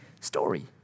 story